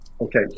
Okay